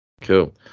Cool